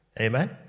Amen